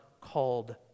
called